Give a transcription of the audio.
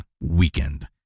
weekend